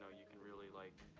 ah you can really, like,